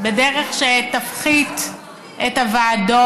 בדרך שתפחית את הוועדות.